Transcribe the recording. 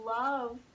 love